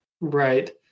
Right